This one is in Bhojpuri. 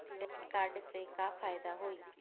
डेबिट कार्ड से का फायदा होई?